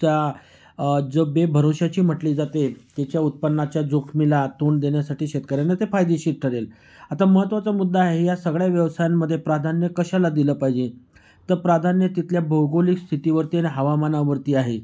त्या जो बेभरवशाची म्हटली जाते त्याच्या उत्पन्नाच्या जोखमीला तोंड देण्यासाठी शेतकऱ्यांना ते फायदेशीर ठरेल आता महत्त्वाचा मुद्दा आहे या सगळ्या व्यवसायांमध्ये प्राधान्य कशाला दिलं पाहिजे तर प्राधान्य तिथल्या भौगोलिक स्थितीवरती आणि हवामानावरती आहे